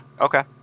Okay